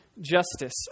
justice